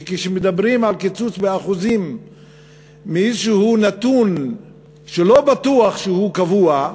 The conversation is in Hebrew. כי כשמדברים על קיצוץ באחוזים מאיזשהו נתון שלא בטוח שהוא קבוע,